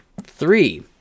Three